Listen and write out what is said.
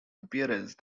appearance